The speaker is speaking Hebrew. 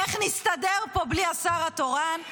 איך נסתדר פה בלי השר התורן?